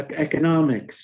economics